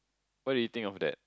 what do you think of that